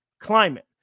climate